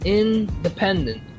independent